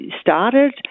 started